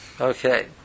okay